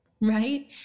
right